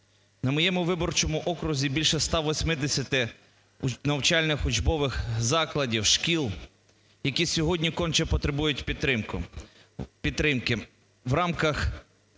На моєму виборчому окрузі більше 180 навчальних учбових закладів, шкіл, які сьогодні конче потребують підтримки. В рамках